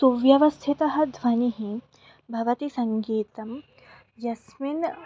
सुव्यवस्थितः ध्वनिः भवति सङ्गीतं यस्मिन्